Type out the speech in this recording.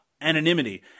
anonymity